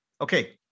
okay